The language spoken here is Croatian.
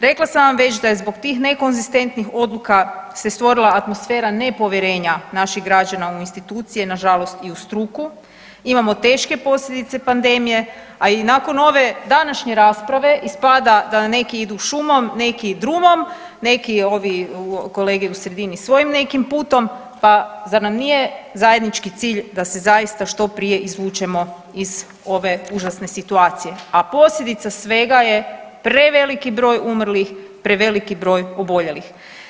Rekla sam vam već da je zbog tih nekonzistentnih odluka se stvorila atmosfera nepovjerenja naših građana u institucije, nažalost i u struku, imamo teške posljedice pandemije, a i nakon ove današnje rasprave ispada da neki idu šumom neki drumom, neki ovi kolege u sredini svojim nekim putom, pa zar nam nije zajednički cilj da se zaista što prije izvučemo iz ove užasne situacije, a posljedica svega je preveliki broj umrlih i preveliki broj oboljelih.